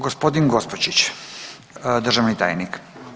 Gospodin Gospočić, državni tajnik.